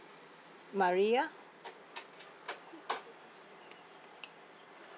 maria